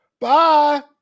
Bye